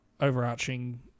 overarching